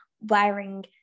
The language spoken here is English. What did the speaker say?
wearing